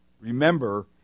remember